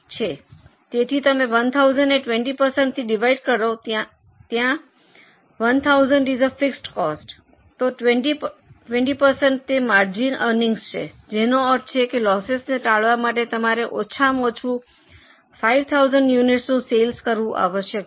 તેથી તમે 1000 ને 20 ટકા થી ડિવાઇડ કરો જ્યાં 1000 એ એક ફિક્સડ કોસ્ટ છે તો 20 ટકા તે માર્જીન અનિંગ્સ છે જેનો અર્થ છે કે લોસસને ટાળવા માટે તમારે ઓછામાં ઓછા 5000 યુનિટસનું સેલ્સ કરવું આવશ્યક છે